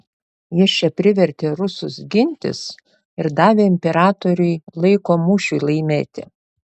jis čia privertė rusus gintis ir davė imperatoriui laiko mūšiui laimėti